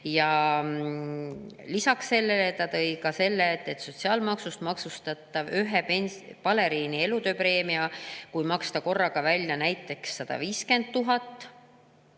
Lisaks tõi ta välja selle, et sotsiaalmaksust makstav ühe baleriini elutööpreemia, kui maksta korraga välja näiteks 150 000,